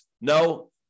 No